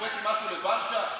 השוויתי משהו לוורשה?